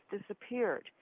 disappeared